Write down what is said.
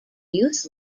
youth